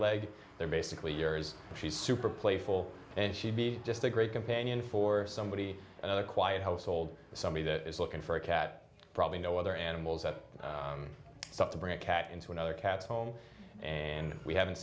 leg they're basically yours and she's super playful and she'd be just a great companion for somebody at a quiet household somebody that is looking for a cat probably no other animals that suck to bring a cat into another cat's home and we haven't